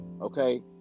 Okay